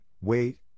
wait